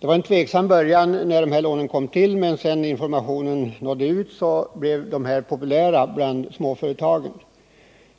Det var en tveksam början innan låneformen blev känd, men när informationen om lånen nådde ut blev de populära bland småföretagen.